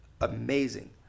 amazing